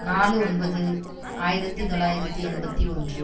நாலு ஒன்பது ஆயிரத்தி தொள்ளாயிரத்தி எண்பத்தி ஒன்று